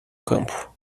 campo